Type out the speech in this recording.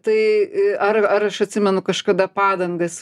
tai a ar ar aš atsimenu kažkada padangas